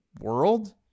world